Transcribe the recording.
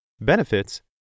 benefits